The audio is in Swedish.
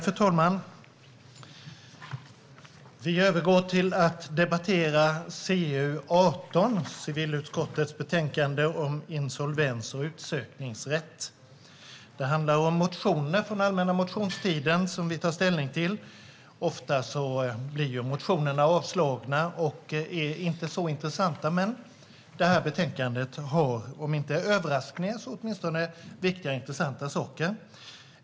Fru talman! Vi övergår till att debattera CU8, det vill säga civilutskottets betänkande om insolvens och utsökningsrätt. Vi ska ta ställning till motioner från allmänna motionstiden. Ofta avslås motionerna, och de är inte så intressanta. Men det här betänkandet innehåller om inte överraskningar så åtminstone viktiga och intressanta frågor.